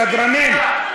סדרנים,